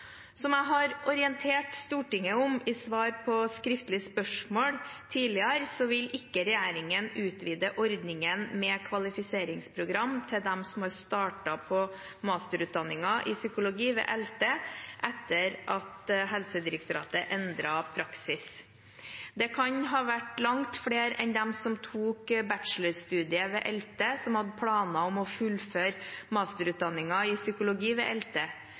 Som jeg har orientert Stortinget om i svar på skriftlig spørsmål tidligere, vil ikke regjeringen utvide ordningen med kvalifiseringsprogram til dem som har startet på masterutdanningen i psykologi ved ELTE, etter at Helsedirektoratet endret praksis. Det kan ha vært langt flere enn dem som tok bachelorstudiet ved ELTE, som hadde planer om å fullføre masterutdanningen i psykologi ved ELTE.